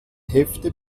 hefte